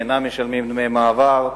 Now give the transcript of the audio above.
משלמים דמי מעבר.